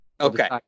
Okay